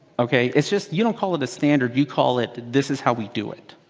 ok? it's just you don't call it a standard. you call it, this is how we do it.